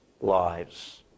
lives